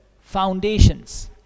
foundations